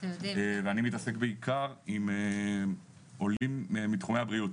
ואני מתעסק בעיקר עם עולים מתחומי הבריאות.